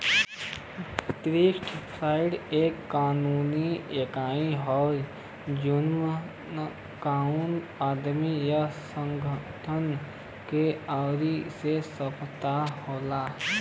trust fund एक कानूनी इकाई हौ जेमन कउनो आदमी या संगठन के ओर से संपत्ति होला